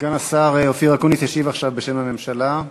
סגן השר אופיר אקוניס ישיב עכשיו בשם הממשלה.